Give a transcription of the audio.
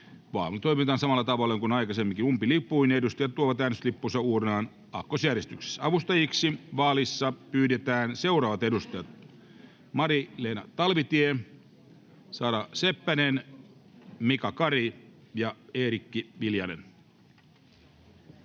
Vaali toimitetaan samalla tavalla kuin aikaisemminkin: umpilipuin. Edustajat tuovat äänestyslippunsa uurnaan aakkosjärjestyksessä. Avustajiksi vaalissa pyydetään seuraavat edustajat: Mari-Leena Talvitie, Sara Seppänen, Mika Kari ja Eerikki Viljanen.